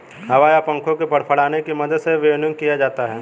हवा या पंखों के फड़फड़ाने की मदद से विनोइंग किया जाता है